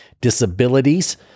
disabilities